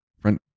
front